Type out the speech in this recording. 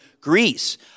Greece